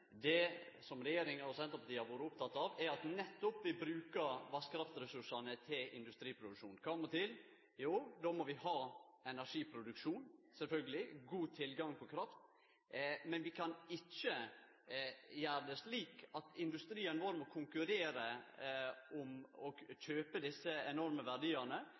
Det som regjeringa og Senterpartiet har vore opptekne av, er at vi nettopp brukar av vasskraftressursane til industriproduksjon. Kva må til? Jo, då må vi ha energiproduksjon – sjølvsagt – god tilgang på kraft, men vi kan ikkje gjere det slik at industrien vår må konkurrere om å kjøpe desse enorme verdiane